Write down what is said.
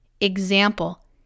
Example